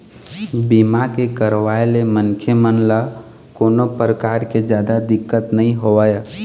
बीमा के करवाय ले मनखे मन ल कोनो परकार के जादा दिक्कत नइ होवय